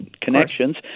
connections